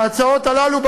ההצעות הללו,